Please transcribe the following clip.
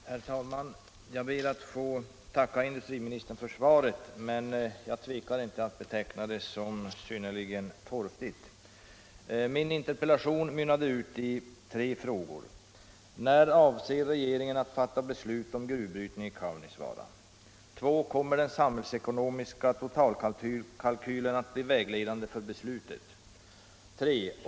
Herr talman! Jag ber att få tacka industriministern för svaret, men jag tvekar inte att beteckna det som synnerligen torftigt. Min interpellation mynnade ut i tre frågor: ”1. När avser regeringen att fatta beslut om gruvbrytning i Kaunisvaara? 2. Kommer den samhällsekonomiska totalkalkylen att bli vägledande för beslutet? 3.